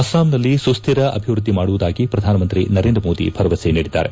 ಅಸ್ಲಾಂನಲ್ಲಿ ಸುಕ್ಕರ ಅಭಿವೃದ್ದಿ ಮಾಡುವುದಾಗಿ ಪ್ರಧಾನಮಂತ್ರಿ ನರೇಂದ್ರ ಮೋದಿ ಭರವಸೆ ನೀಡಿದ್ದಾರೆ